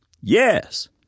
Yes